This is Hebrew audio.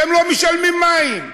אתם לא משלמים מים.